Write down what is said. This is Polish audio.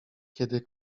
kiedy